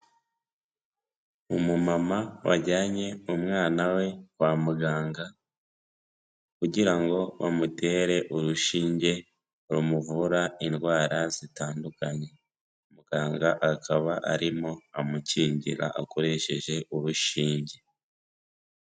Umumama wajyanye umwana we kwa muganga kugira ngo bamutere urushinge rumuvura indwara zitandukanye, muganga akaba arimo amukingira akoresheje urushinge.